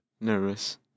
Nervous